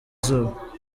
izuba